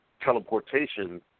teleportation